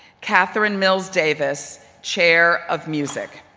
catherine mills davis, chair of music.